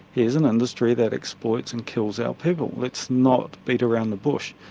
here's an industry that exploits and kills our people. let's not beat around the bush,